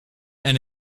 and